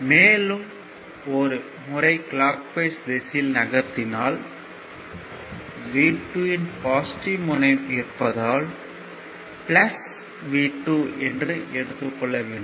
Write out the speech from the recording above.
மேலும் ஒரு முறை கிளாக் வைஸ் திசையில் நகர்த்தினால் V2 யின் பாசிட்டிவ் முனையம் இருப்பதால் V2 என்று எடுத்துக் கொள்ள வேண்டும்